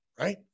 right